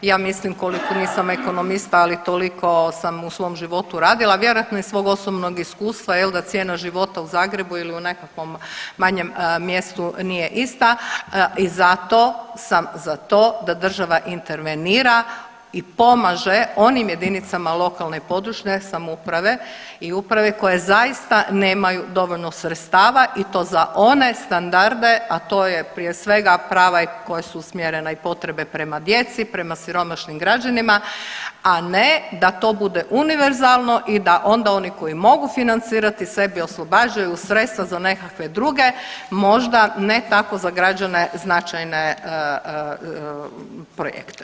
Ja mislim koliko nisam ekonomista, ali toliko sam u svom životu radila vjerojatno iz svog osobnog iskustva jel da cijena života u Zagrebu ili u nekakvom mjestu nije ista i zato sam za to da država intervenira i pomaže onim jedinicama lokalne i područne samouprave i uprave koje zaista nemaju dovoljno sredstava i to za one standarde, a to je prije svega prava koja su usmjerena i potrebe prema djeci, prema siromašnim građanima, a ne da to bude univerzalno i da onda oni koji mogu financirati sebi oslobađaju sredstva za nekakve druge možda ne tako za građane značajne projekte.